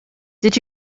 did